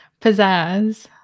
Pizzazz